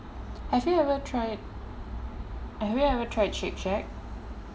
have you ever tried have you ever tried Shake Shack